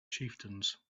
chieftains